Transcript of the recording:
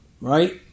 Right